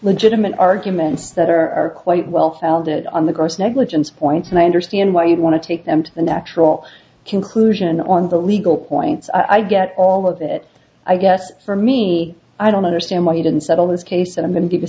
legitimate arguments that are quite well founded on the gross negligence points and i understand why you want to take them to the natural conclusion on the legal points i get all of it i guess for me i don't understand why you didn't settle this case and